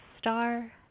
star